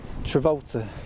Travolta